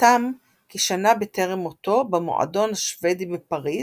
חתם כשנה בטרם מותו במועדון השוודי בפריז,